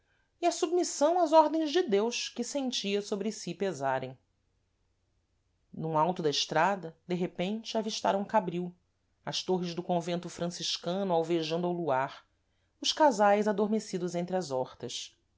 e a submissão às ordens de deus que sentia sôbre si pesarem dum alto da estrada de repente avistaram cabril as torres do convento franciscano alvejando ao luar os casais adormecidos entre as hortas